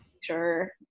sure